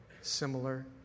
similar